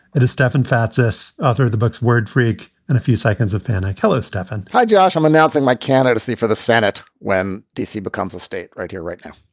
it is stefan fatsis, author of the book word freak and a few seconds of panic kellow. stefan hi, josh. i'm announcing my candidacy for the senate. when d c. becomes a state right here right now,